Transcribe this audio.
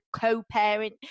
co-parent